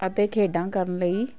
ਅਤੇ ਖੇਡਾਂ ਕਰਨ ਲਈ